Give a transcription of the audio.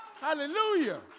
Hallelujah